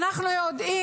בכלל, אנחנו יודעים,